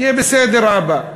יהיה בסדר, אבא.